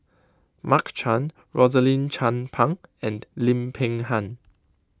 Mark Chan Rosaline Chan Pang and Lim Peng Han